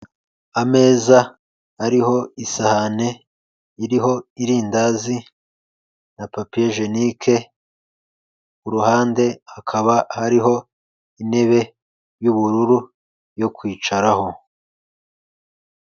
Ameza ariho isahani iriho irindazi na papiyejenike ku ruhande hakaba hariho intebe y'ubururu yo kwicaraho.